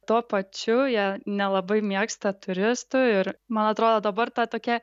tuo pačiu jie nelabai mėgsta turistų ir man atrodo dabar ta tokia